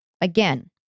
again